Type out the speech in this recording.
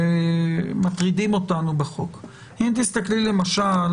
שמטרידים אותנו בחוק - אם תסתכלי למשל